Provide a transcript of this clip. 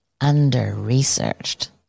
under-researched